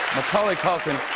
macaulay culkin.